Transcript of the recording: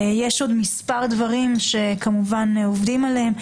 יש מספר דברים נוספים כמובן שעובדים עליהם.